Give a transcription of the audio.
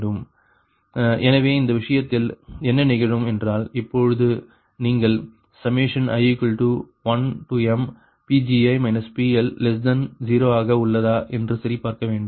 படி 4 எனவே அந்த விஷயத்தில் என்ன நிகழும் என்றால் இப்பொழுது நீங்கள் i1mPgi PL0 ஆக உள்ளதா என்று சரிபார்க்க வேண்டும்